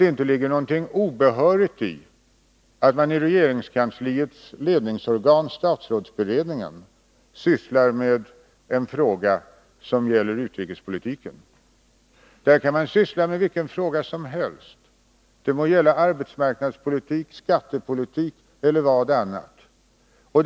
Det ligger inte något obehörigt i att man i regeringskansliets ledningsorgan, statsrådsberedningen, sysslar med en fråga som gäller utrikespolitiken. Statsrådsberedningen får syssla med vilka frågor som helst. Det må gälla arbetsmarknadspolitik, skattepolitik eller liknande.